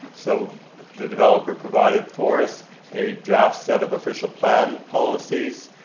so the developer provided for us a draft set of official plan policies.